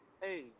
Hey